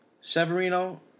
Severino